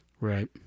Right